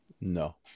No